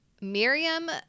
Miriam